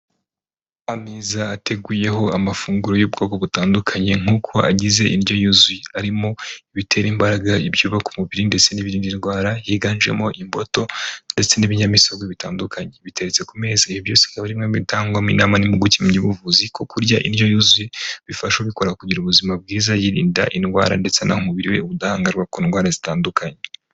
Ameza ateguyeho amafunguro y'ubwoko butandukanye nk'uko agize indyo yuzuye, arimo ibitera imbaraga, ibyubaka umubiri ndetse n'ibindi ndwara, higanjemo imbuto ndetse n'ibinyamisogwe bitandukanye, biteretse ku meza ibi byose bikaba ari bimwe mu bitangwamo inama n'impuguke mu by'ubuvuzi ko kurya indyo yuzuye bifasha ubikora kugira ubuzima bwiza, yirinda indwara ndetse anaha umubiri we ubudahangarwa ku ndwara zitandukanye.